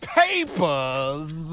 papers